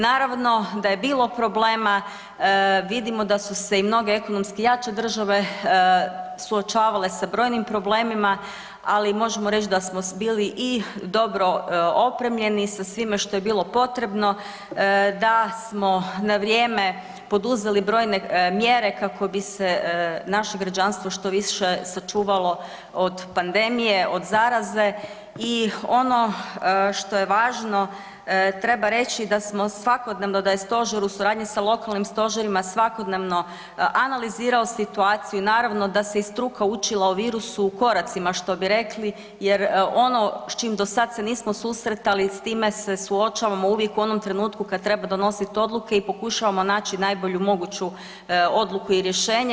Naravno da je bilo problema, vidimo da su se i mnoge ekonomski jače države suočavale sa brojnim problemima ali možemo reći da smo bili i dobro opremljeni sa svime što je bilo potrebno, da smo na vrijeme poduzeli brojne mjere kako bi se naše građanstvo što više sačuvalo od pandemije, od zaraze i ono što je važno, treba reći da smo svakodnevno, da je stožer u suradnji sa lokalnim stožerima svakodnevno analizirao situaciju i naravno da se i struka učila o virusu u koracima što bi rekli jer ono s čim do sad se nismo susretali, s time se suočavamo uvijek u onom trenutku kada treba donositi odluke i pokušavamo naći najbolju moguću odluku i rješenje.